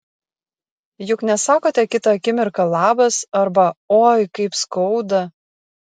juk nesakote kitą akimirką labas arba oi kaip skauda